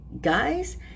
Guys